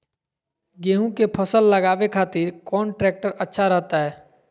गेहूं के फसल लगावे खातिर कौन ट्रेक्टर अच्छा रहतय?